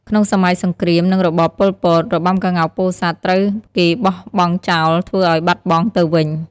ក្នុងសម័យសង្គ្រាម និងរបបប៉ុលពត របាំក្ងោកពោធិ៍សាត់ត្រូវគេបោះបង់ចោលធ្វើឱ្យបាត់បង់ទៅវិញ ។